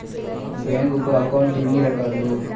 bank account ఎన్ని రకాలు